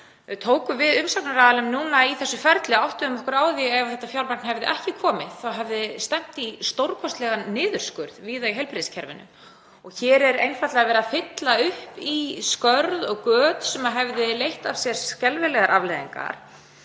tóku við umsagnarraðilum í þessu ferli höfum áttað okkur á því að ef þetta fjármagn hefði ekki komið hefði stefnt í stórkostlegan niðurskurð víða í heilbrigðiskerfinu. Hér er einfaldlega verið að fylla upp í skörð og göt sem hefðu haft skelfilegar afleiðingar.